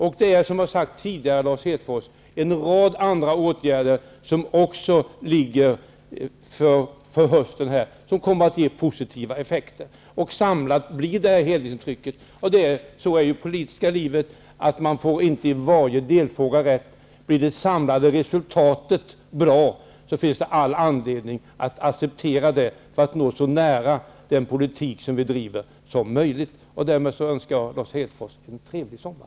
Som jag har sagt tidigare, Lars Hedfors, skall en rad andra åtgärder vidtas till hösten som kommer att ge positiva effekter. Sammantaget blir det ett helhetsintryck. Så är det politiska livet. Man får inte rätt i varje delfråga. Om det samlade resultatet blir bra finns det all anledning att acceptera det för att komma så nära som möjligt den politik man bedriver. Därmed önskar jag Lars Hedfors en trevlig sommar.